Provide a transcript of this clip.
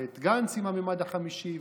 ואת גנץ עם המימד החמישי,